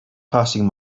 passing